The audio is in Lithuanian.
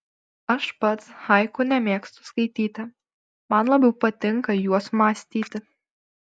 aš pats haiku nemėgstu skaityti man labiau patinka juos mąstyti